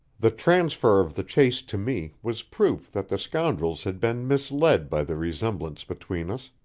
the transfer of the chase to me was proof that the scoundrels had been misled by the resemblance between us,